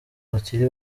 bakiri